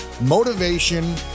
Motivation